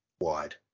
wide